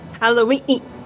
Halloween